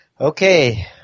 Okay